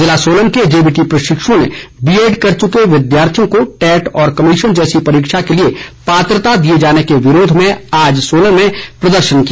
जिला सोलन के जेबीटी प्रशिक्षुओं ने बीएड कर चुके विद्यार्थियों को टैट व कमीशन जैसी परीक्षा के लिए पात्रता दिए जाने के विरोध में आज सोलन में प्रदर्शन किया